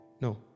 No